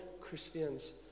Christians